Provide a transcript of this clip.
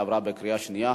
עברה בקריאה שנייה.